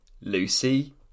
Lucy